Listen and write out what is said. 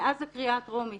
מאז הקריאה הטרומית